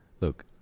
Look